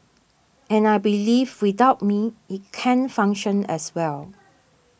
and I believe without me it can function as well